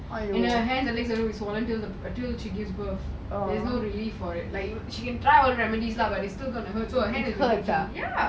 you know her hands and legs are swollen until she give birth you know ready for it ya